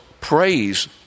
praise